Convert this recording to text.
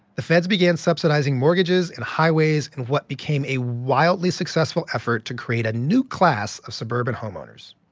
the feds began subsidizing mortgages and highways in what became a wildly successful effort to create a new class of suburban homeowners,